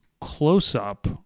close-up